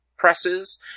Presses